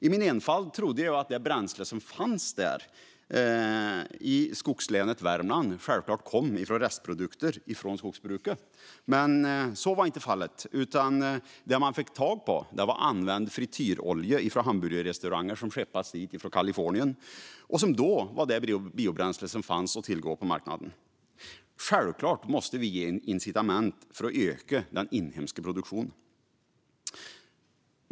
I min enfald trodde jag att det bränsle som fanns där, i skogslänet Värmland, självklart kom från restprodukter från skogsbruket, men så var inte fallet, utan det man fick tag på var använd frityrolja från hamburgerrestauranger, som skeppades från Kalifornien. Det var det biobränsle som då fanns att tillgå på marknaden. Självklart måste vi ge incitament för att öka den inhemska produktionen.